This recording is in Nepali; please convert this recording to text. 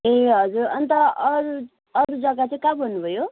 ए हजुर अन्त अरू जगा चाहिँ कहाँ भन्नु भयो